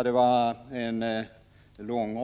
Herr talman!